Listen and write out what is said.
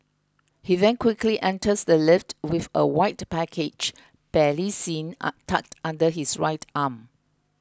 he then quickly enters the lift with a white package barely seen are tucked under his right arm